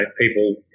people